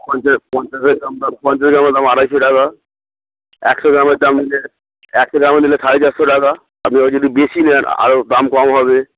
পঞ্চাশ পঞ্চাশের দামটা পঞ্চাশ গ্রামের দাম আড়াইশো টাকা একশো গ্রামের দাম দিলে একশো গ্রামের দিলে সাড়ে চারশো টাকা আপনি ও যদি বেশি নেন আরও দাম কম হবে